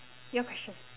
your question